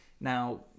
Now